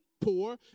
poor